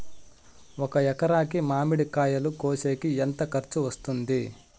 ఒక ఎకరాకి మామిడి కాయలు కోసేకి ఎంత ఖర్చు వస్తుంది?